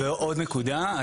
ועוד נקודה,